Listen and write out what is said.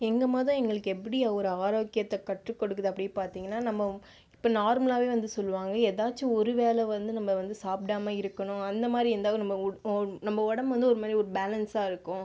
எங்கள் மதம் எங்களுக்கு எப்படி ஒரு ஆரோக்கியத்தை கற்றுக்கொடுக்குது அப்படினு பார்த்தீங்கனா நம்ம இப்போ நார்மலாகவே வந்து சொல்லுவாங்க ஏதாச்சு ஒரு வேளை வந்து நம்ம வந்து சாப்பிடாம இருக்கணும் அந்த மாதிரி இருந்தால் நம்ம நம்ம உடம்பு வந்து ஒரு மாதிரி ஒரு பேலன்ஸாக இருக்கும்